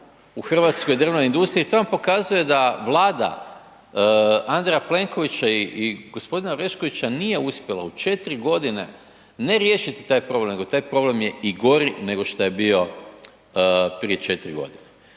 u hrvatskoj drvnoj industriji, to vam pokazuje da Vlada A. Plenkovića i g. Oreškovića nije uspjela u 4 g. ne riješiti taj problem nego taj problem je i gori nego šta je bio prije 4 godine.